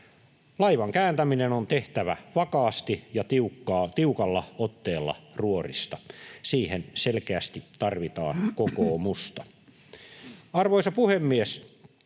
Laivan kääntäminen on tehtävä vakaasti ja tiukalla otteella ruorista. Siihen selkeästi tarvitaan kokoomusta. Arvoisa puhemies!